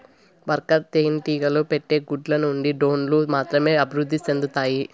worker తేనెటీగలు పెట్టే గుడ్ల నుండి డ్రోన్లు మాత్రమే అభివృద్ధి సెందుతాయి